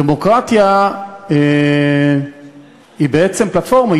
דמוקרטיה היא בעצם פלטפורמה,